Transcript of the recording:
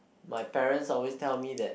my parents always tell me that